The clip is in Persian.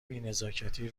بینزاکتی